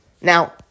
Now